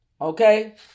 Okay